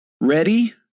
ready